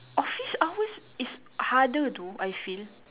office hours is harder though I feel